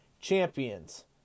champions